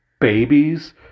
babies